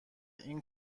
این